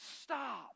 stop